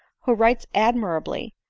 who writes admirably,